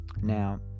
Now